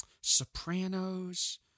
Sopranos